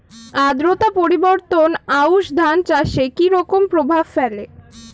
আদ্রতা পরিবর্তন আউশ ধান চাষে কি রকম প্রভাব ফেলে?